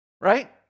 Right